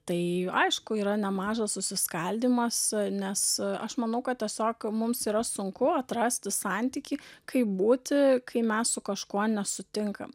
tai aišku yra nemažas susiskaldymas nes aš manau kad tiesiog mums yra sunku atrasti santykį kaip būti kai mes su kažkuo nesutinkam